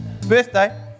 Birthday